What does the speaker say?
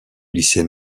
lycée